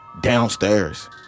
Downstairs